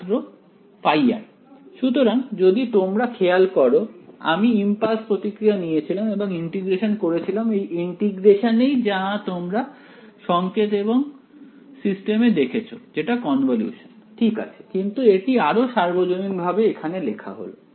ছাত্র ϕ সুতরাং যদি তোমরা খেয়াল করো আমি ইমপালস প্রতিক্রিয়া নিয়েছিলাম এবং ইন্টিগ্রেশন করেছিলাম এই ইন্টিগ্রেশনই যা তোমরা সংকেত এবং সিস্টেমে দেখেছো যেটা কনভলিউশন ঠিক আছে কিন্তু এটি আরো সার্বজনীন ভাবে এখানে লেখা হলো